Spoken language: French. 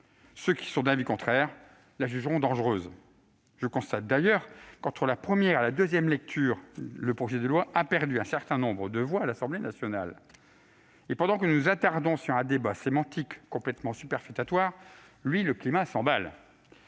Ceux qui sont d'avis contraire la jugeront dangereuse. Je constate d'ailleurs que, entre la première et la deuxième lecture, le projet de loi constitutionnelle a perdu un certain nombre de voix à l'Assemblée nationale. Pendant que nous nous attardons sur un débat sémantique complètement superfétatoire, le climat, lui, s'emballe.